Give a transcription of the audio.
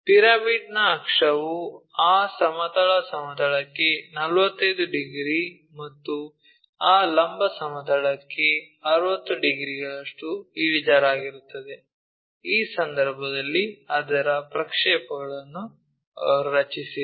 ಪಿರಮಿಡ್ನ ಅಕ್ಷವು ಆ ಸಮತಲ ಸಮತಲಕ್ಕೆ 45 ಡಿಗ್ರಿ ಮತ್ತು ಆ ಲಂಬ ಸಮತಲಕ್ಕೆ 60 ಡಿಗ್ರಿಗಳಷ್ಟು ಇಳಿಜಾರಾಗಿರುತ್ತದೆ ಈ ಸಂದರ್ಭದಲ್ಲಿ ಅದರ ಪ್ರಕ್ಷೇಪಗಳನ್ನು ರಚಿಸಿರಿ